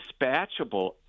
dispatchable